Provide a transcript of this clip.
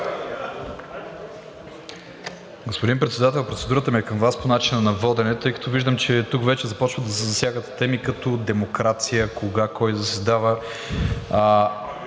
Господин Председател, процедурата ми е към Вас по начина на водене, тъй като виждам, че тук вече започват да се засягат теми като демокрация, кога кой заседава.